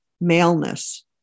maleness